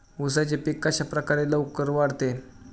उसाचे पीक कशाप्रकारे लवकर वाढते?